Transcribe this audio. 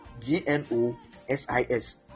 G-N-O-S-I-S